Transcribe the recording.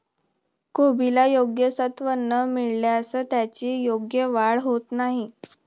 कोबीला योग्य सत्व न मिळाल्यास त्याची योग्य वाढ होत नाही